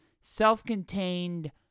self-contained